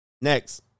Next